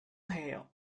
hail